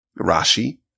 Rashi